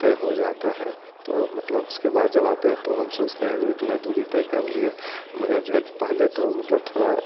तय हो जाता है तो मतलब उसके बाद जब आते हैं तो हम सोचते हैं जो इतना दूरी तय कर लिए मगर जो है पहले तो मतलब थोड़ा